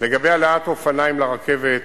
לגבי העלאת אופניים לרכבת,